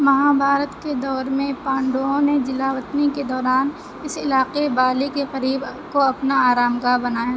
مہابھارت کے دور میں پانڈوں نے جلا وطنی کے دوران اس علاقے بالی کے قریب کو اپنا آرام گاہ بنایا